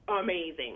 amazing